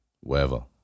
wherever